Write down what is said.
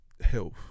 health